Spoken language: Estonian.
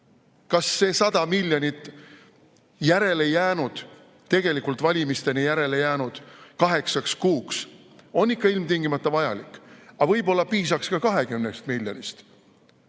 Kas see 100 miljonit järele jäänud, tegelikult valimisteni jäänud kaheksaks kuuks on ikka ilmtingimata vajalik? Aga võib-olla piisaks ka 20 miljonist